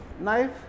Knife